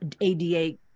ADA